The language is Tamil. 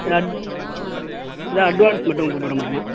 சார் ஏதாவது அட்வான்ஸ் மட்டும் போட்டுவிட முடியுமா